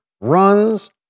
runs